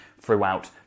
throughout